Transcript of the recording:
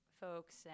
folks